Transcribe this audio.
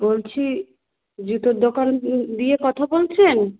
বলছি জুতোর দোকান দিয়ে কথা বলছেন